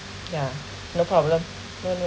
ya no problem no no